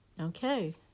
Okay